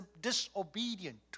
disobedient